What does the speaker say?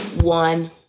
one